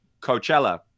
Coachella